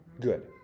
Good